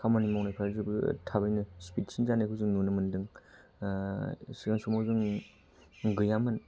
खामानि मावनायफ्रा जोबोद थाबैनो स्पिडसिन जानायखौ जों नुनो मोनदों सिगां समाव जों गैयामोन